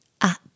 up